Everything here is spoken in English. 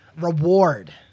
reward